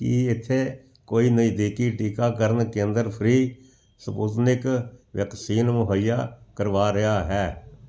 ਕੀ ਇੱਥੇ ਕੋਈ ਨਜ਼ਦੀਕੀ ਟੀਕਾਕਰਨ ਕੇਂਦਰ ਫ੍ਰੀ ਸਪੁਟਨਿਕ ਵੈਕਸੀਨ ਮੁਹੱਈਆ ਕਰਵਾ ਰਿਹਾ ਹੈ